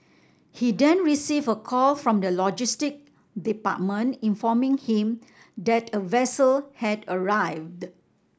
he then received a call from the logistic department informing him that a vessel had arrived